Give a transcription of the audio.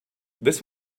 this